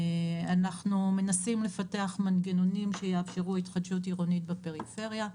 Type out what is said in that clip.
אנחנו מנסים לפתח מנגנונים שיאפשרו התחדשות עירונית בפריפריה.